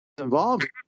involved